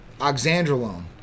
Oxandrolone